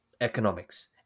economics